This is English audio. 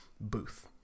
Booth